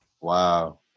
wow